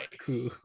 Cool